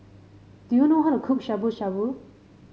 do you know how to cook Shabu Shabu